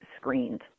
screened